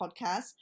podcast